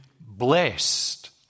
blessed